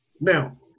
Now